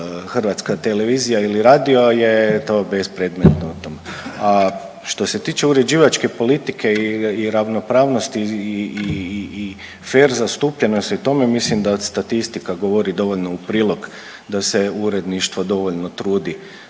hrvatska televizija i radio je to je bespredmetno o tom. A što se tiče uređivačke politike i ravnopravnosti i fer zastupljenosti o tome mislim da statistika govori dovoljno u prilog da se uredništvo dovoljno trudi